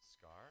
Scar